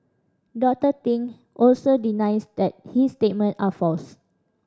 Doctor Ting also denies that his statement are false